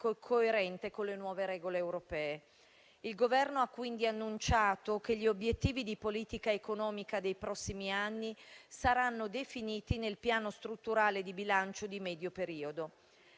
coerente con le nuove regole europee. Il Governo ha quindi annunciato che gli obiettivi di politica economica dei prossimi anni saranno definiti nel Piano strutturale di bilancio di medio periodo.